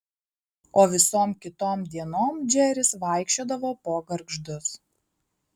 o visom kitom dienom džeris vaikščiodavo po gargždus